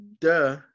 Duh